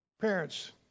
parents